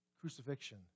Crucifixion